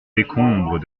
décombres